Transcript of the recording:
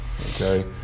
Okay